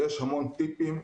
יש המון טיפים,